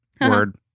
word